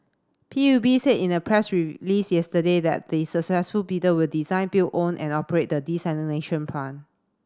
P U B said in a press release yesterday that the successful bidder will design build own and operate the desalination plant